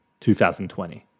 2020